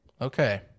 Okay